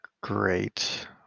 great